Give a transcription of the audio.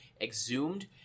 exhumed